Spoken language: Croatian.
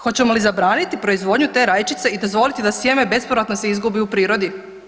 Hoćemo li zabraniti proizvodnju te rajčice i dozvoliti da sjeme bespovratno se izgubi u prirodi?